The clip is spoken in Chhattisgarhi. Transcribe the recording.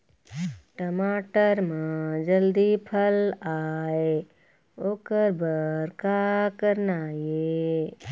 टमाटर म जल्दी फल आय ओकर बर का करना ये?